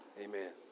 Amen